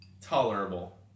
tolerable